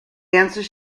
answer